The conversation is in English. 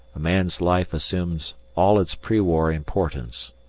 a man's life assumes all its pre-war importance.